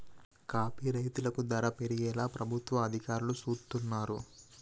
coffee రైతులకు ధర పెరిగేలా ప్రభుత్వ అధికారులు సూస్తున్నారు